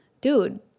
dude